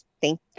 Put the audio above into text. Thank